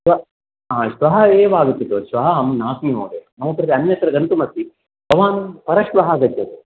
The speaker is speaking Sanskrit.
श्वः हा एव आगच्छति वा श्वः अहं नास्मि महोदय मम कृते अन्यत्र गन्तुम् अस्ति भवान् परश्वः आगच्छतु